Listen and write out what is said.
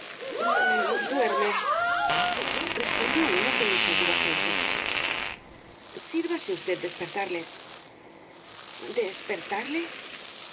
duerme respondió uno con inseguro acento sírvase usted despertarle despertarle